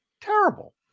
Terrible